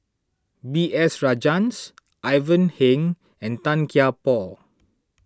B S Rajhans Ivan Heng and Tan Kian Por